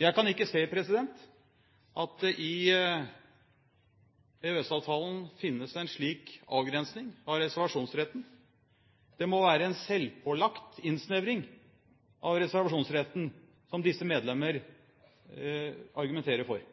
Jeg kan ikke se at det i EØS-avtalen finnes en slik avgrensning av reservasjonsretten. Det må være en selvpålagt innsnevring av reservasjonsretten disse medlemmer argumenterer for.